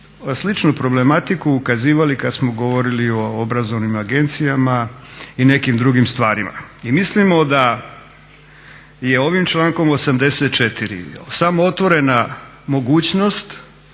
sličnu problematiku ukazivali kad smo govorili o obrazovnim agencijama i nekim drugim stvarima. I mislimo da je ovim člankom 84. samo otvorena mogućnost